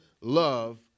love